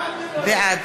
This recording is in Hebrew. בעד